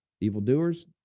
Evildoers